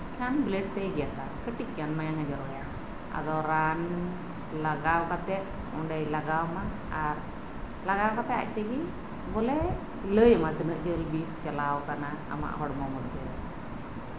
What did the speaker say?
blade ᱛᱮᱭ ᱜᱮᱫᱟ ᱠᱟᱹᱴᱤᱡ ᱜᱟᱱ ᱟᱫᱚ ᱨᱟᱱ ᱞᱟᱜᱟᱣ ᱠᱟᱛᱮᱜ ᱚᱱᱰᱮᱭ ᱞᱟᱜᱟᱣ ᱟᱢᱟ ᱟᱨ ᱞᱟᱜᱟᱣ ᱠᱟᱛᱮᱜ ᱟᱡ ᱛᱮᱜᱮ ᱵᱚᱞᱮ ᱞᱟᱹᱭ ᱟᱢᱟ ᱛᱤᱱᱟᱹᱜ ᱡᱳᱨ ᱵᱤᱥ ᱪᱟᱞᱟᱣ ᱠᱟᱱᱟ ᱟᱢᱟᱜ ᱦᱚᱲᱢᱚ ᱢᱚᱫᱫᱷᱮᱨᱮ